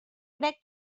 crec